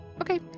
Okay